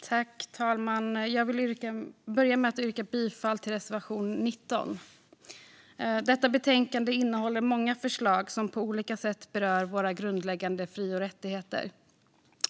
Fru talman! Jag vill börja med att yrka bifall till reservation 19. Detta betänkande innehåller många förslag som på olika sätt berör våra grundläggande fri och rättigheter.